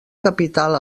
capital